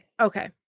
okay